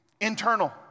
internal